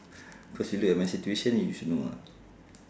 cause you look at my situation you should know lah